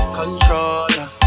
controller